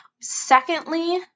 Secondly